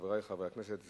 חברי חברי הכנסת,